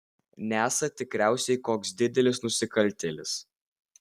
nesat tikriausiai koks didelis nusikaltėlis